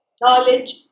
knowledge